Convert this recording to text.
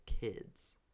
kids